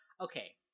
Okay